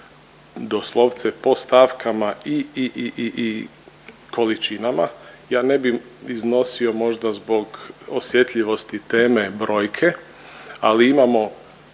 doslovce po stavkama i, i, i, i količinama. Ja ne bi iznosio možda zbog osjetljivosti teme brojke ali imamo